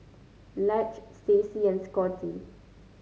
Lige Stacey and Scotty